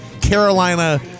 Carolina